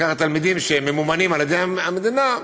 לקחת תלמידים שממומנים על-ידי המדינה.